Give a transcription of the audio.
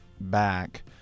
back